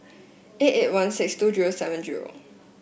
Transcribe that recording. eight eight one six two zero seven zero